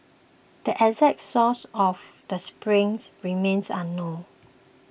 the exact source of the springs remains unknown